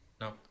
no